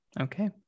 Okay